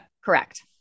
Correct